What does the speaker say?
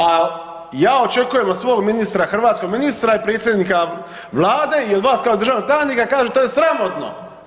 A ja očekujem od svog ministra, hrvatskog ministra i predsjednika Vlade i vas kao državnog tajnika da kažete to je sramotno.